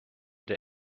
der